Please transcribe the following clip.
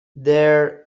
their